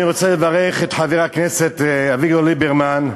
אני רוצה לברך את חבר הכנסת אביגדור ליברמן,